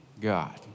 God